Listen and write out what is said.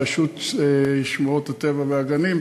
רשות שמורות הטבע והגנים,